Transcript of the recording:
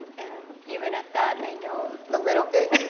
and even at that, i know a little bit.